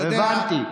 הבנתי.